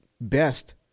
best